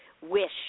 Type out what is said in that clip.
wish